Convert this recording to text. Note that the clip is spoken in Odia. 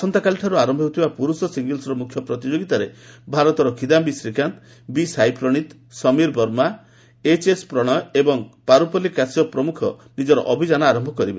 ଆସନ୍ତାକାଲିଠାରୁ ଆରମ୍ଭ ହେଉଥିବା ପୁରୁଷ ସିଙ୍ଗଲ୍ବର ମୁଖ୍ୟ ପ୍ରତିଯୋଗୀତାରେ ଭାରତର କିଦାୟୀ ଶ୍ରୀକାନ୍ତ ବି ସାଇପ୍ରଣୀତ ସମୀର ବର୍ମା ଏଚ୍ଏସ୍ ପ୍ରଣୟ ଏବଂ ପାରୁପଲ୍ଲୀ କାଶ୍ୟପ ପ୍ରମୁଖ ନିଜର ଅଭିଯାନ ଆରମ୍ଭ କରିବେ